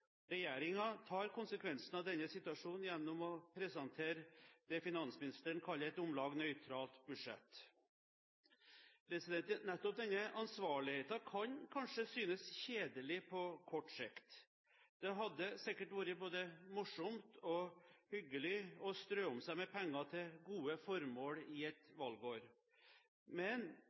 tar konsekvensen av denne situasjonen gjennom å presentere det finansministeren kaller «et om lag nøytralt budsjett». Nettopp denne ansvarligheten kan kanskje synes kjedelig på kort sikt. Det hadde sikkert vært både morsomt og hyggelig å strø om seg med penger til gode formål i et valgår, men